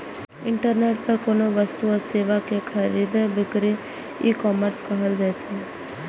internet पर कोनो वस्तु आ सेवा के खरीद बिक्री ईकॉमर्स कहल जाइ छै